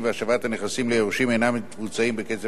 ליורשים אינם מבוצעים בקצב משביע רצון,